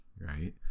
Right